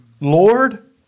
Lord